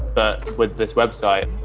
but with this website,